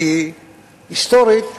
כי היסטורית,